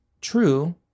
True